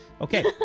okay